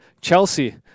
Chelsea